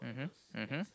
mmhmm mmhmm